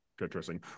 interesting